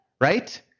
Right